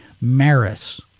Maris